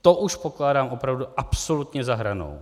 To už pokládám opravdu za absolutně za hranou.